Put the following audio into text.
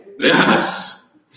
Yes